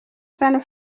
san